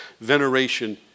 veneration